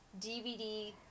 DVD